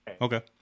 Okay